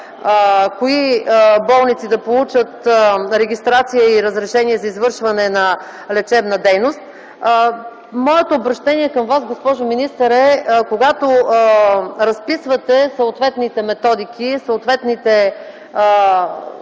кои болници да получат регистрация и разрешение за извършване на лечебна дейност. Моето обръщение към Вас, госпожо министър, е когато разписвате съответните методики и